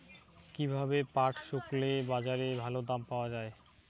কীভাবে পাট শুকোলে বাজারে ভালো দাম পাওয়া য়ায়?